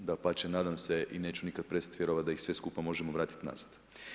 Dapače, nadam se i neću nikad prestati vjerovati da ih sve skupa možemo vratiti nazad.